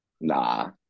Nah